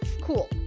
Cool